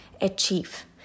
achieve